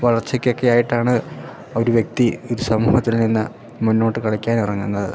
വളർച്ചക്കൊക്കെ ആയിട്ടാണ് ഒരു വ്യക്തി ഒരു സമൂഹത്തിൽ നിന്ന് മുന്നോട്ടു കളിക്കാൻ ഇറങ്ങുന്നത്